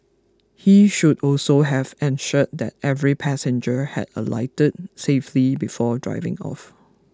he should also have ensured that every passenger had alighted safely before driving off